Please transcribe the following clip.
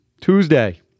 Tuesday